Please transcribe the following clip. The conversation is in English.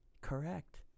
correct